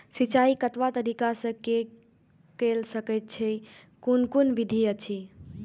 सिंचाई कतवा तरीका स के कैल सकैत छी कून कून विधि अछि?